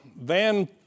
Van